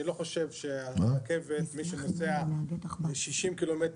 אני לא חושב שמי שנוסע ברכב 60 קילומטר,